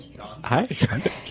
hi